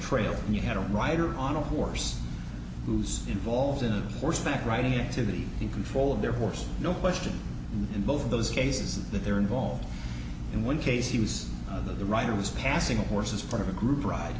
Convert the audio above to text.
trail you had a rider on a horse who's involved in a horseback riding activity in control of their horse no question in both of those cases that they're involved in one case use of the rider was passing the horses for a group ride